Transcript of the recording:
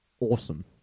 awesome